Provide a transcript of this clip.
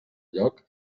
lloc